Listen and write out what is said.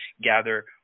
gather